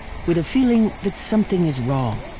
with a feeling that something is wrong.